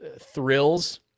thrills